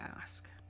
ask